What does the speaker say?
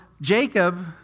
Jacob